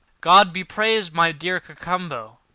god be praised! my dear cacambo,